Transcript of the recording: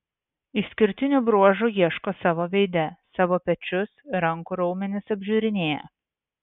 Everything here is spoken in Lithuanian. išskirtinių bruožų ieško savo veide savo pečius rankų raumenis apžiūrinėja